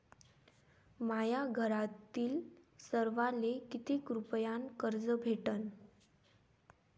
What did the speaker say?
माह्या घरातील सर्वाले किती रुप्यान कर्ज भेटन?